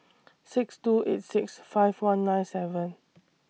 six two eight six five one nine seven